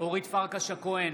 אורית פרקש הכהן,